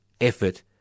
effort